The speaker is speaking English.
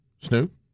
Snoop